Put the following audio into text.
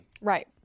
Right